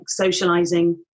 socialising